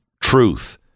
truth